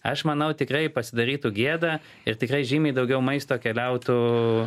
aš manau tikrai pasidarytų gėda ir tikrai žymiai daugiau maisto keliautų